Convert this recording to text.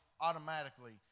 automatically